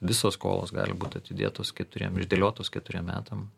visos skolos gali būt atidėtos keturiem išdėliotos keturiem metam